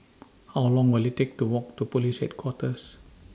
How Long Will IT Take to Walk to Police Headquarters